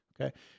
okay